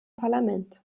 parlament